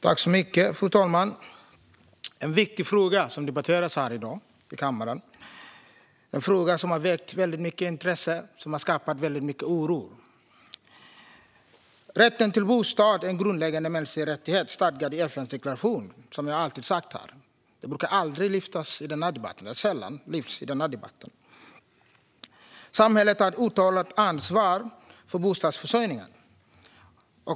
Fru talman! Det här är en viktig fråga som vi debatterar i kammaren i dag. Det är en fråga som har väckt stort intresse och skapat mycket oro. Rätten till bostad är en grundläggande mänsklig rättighet stadgad i FN:s deklaration om de mänskliga rättigheterna, vilket jag alltid har sagt. Det brukar sällan lyftas upp i den här debatten. Samhället har ett uttalat ansvar för bostadsförsörjningen.